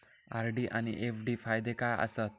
RD आनि FD फायदे काय आसात?